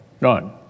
none